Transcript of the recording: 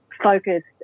focused